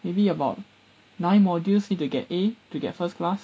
maybe about nine modules need to get A to get first class